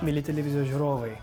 mieli televizijos žiūrovai